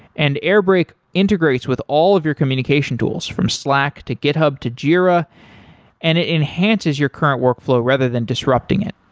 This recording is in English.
and airbrake integrates with all of your communication tools, from slack, to github, to jira and it enhances your current workflow rather than disrupting it.